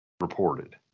reported